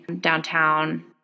downtown